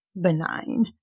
benign